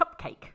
cupcake